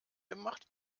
gemacht